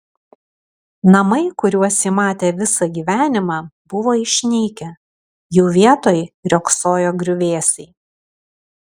namai kuriuos ji matė visą gyvenimą buvo išnykę jų vietoj riogsojo griuvėsiai